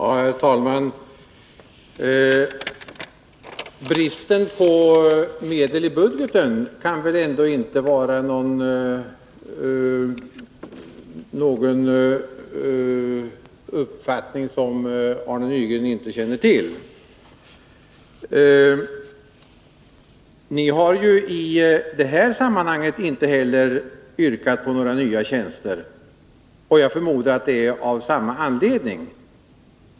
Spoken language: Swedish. Herr talman! Bristen på medel i budgeten kan väl ändå inte vara någon uppfattning som Arne Nygren inte känner till. Ni har inte heller yrkat på nya tjänster i det här sammanhanget, och jag förmodar att det är av samma anledning.